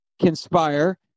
conspire